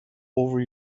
over